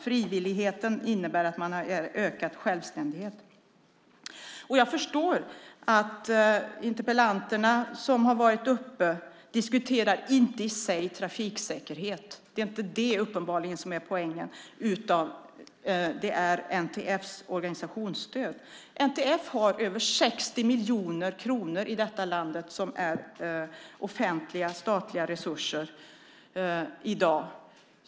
Frivillighet innebär att man har ökad självständighet. Jag förstår att de debattörer som har varit uppe inte diskuterar trafiksäkerhet i sig. Det är uppenbarligen inte det som är poängen, utan det är NTF:s organisationsstöd. NTF har över 60 miljoner kronor i offentliga statliga resurser i dag.